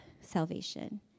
salvation